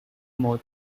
more